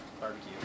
barbecue